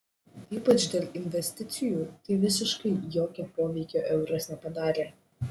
ypač dėl investicijų tai visiškai jokio poveikio euras nepadarė